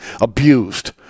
abused